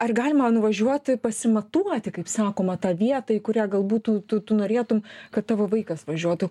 ar galima nuvažiuoti pasimatuoti kaip sakoma tą vietą į kurią galbūt tu tu tu norėtum kad tavo vaikas važiuotų